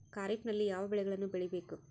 ಖಾರೇಫ್ ನಲ್ಲಿ ಯಾವ ಬೆಳೆಗಳನ್ನು ಬೆಳಿಬೇಕು?